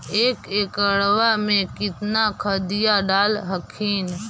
एक एकड़बा मे कितना खदिया डाल हखिन?